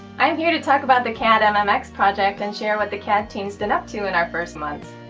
i'm here to talk about the cad and mmx project and share what the cad team's been up to in our first months.